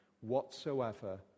whatsoever